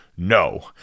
No